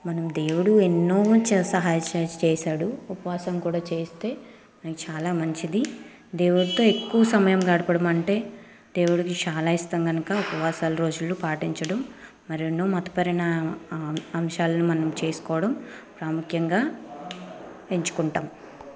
మనం దేవుడు ఎన్నో సహాయం చే చేశాడు ఉపవాసం కూడా చేస్తే చాలా మంచిది దేవుడుతో ఎక్కువ సమయం గడపడం అంటే దేవుడికి చాలా ఇష్టం గనక ఉపవాసం రోజులు పాటించడం మరెన్నో మతపరన అంశాలను మనం చేసుకోవడం ప్రాముఖ్యంగా ఎంచుకుంటాం